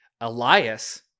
Elias